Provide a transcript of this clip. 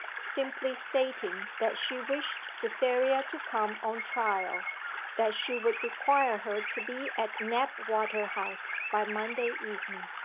simply stating that she wished cytherea to come on trial that she would require her to be at knapwater house by monday evening.